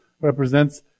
represents